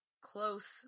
close